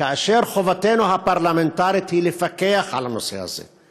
כאשר חובתנו הפרלמנטרית היא לפקח על הנושא הזה.